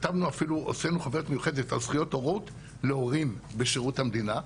הוצאנו חוברת מיוחדת על זכויות הורות להורים בשירות המדינה.